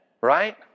right